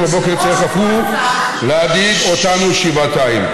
הבוקר צריך אף הוא להדאיג אותנו שבעתיים.